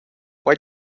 why